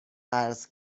قرض